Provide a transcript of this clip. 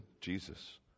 Jesus